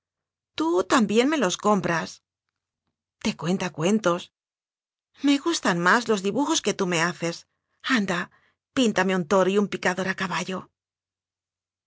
tú me los compras te cuenta cuentos me gustan más los dibujos que tú me haces anda píntame un toro y un picador a caballo